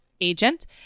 agent